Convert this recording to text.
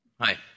Hi